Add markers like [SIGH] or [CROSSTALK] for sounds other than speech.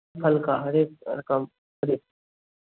फल का हर एक रकम [UNINTELLIGIBLE]